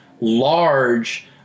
large